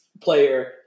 player